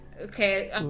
okay